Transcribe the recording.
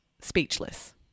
speechless